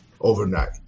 overnight